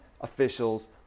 officials